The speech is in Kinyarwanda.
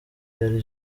yari